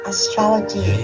Astrology